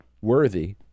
worthy